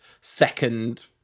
second